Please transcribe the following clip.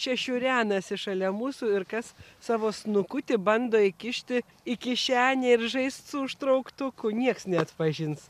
čia šiurena esi šalia mūsų ir kas savo snukutį bando įkišti į kišenę ir žaist su užtrauktuku nieks neatpažins